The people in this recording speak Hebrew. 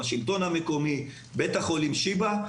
השלטון המקומי ובית החולים שיבא.